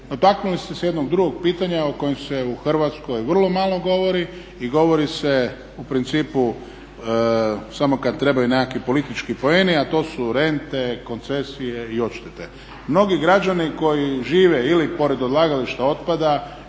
dotaknuli ste se jednog drugog pitanja o kojem se u Hrvatskoj vrlo malo govori i govori se u principu samo kad trebaju nekakvi politički poeni, a to su rente, koncesije i odštete. Mnogi građani koji žive ili pored odlagališta otpada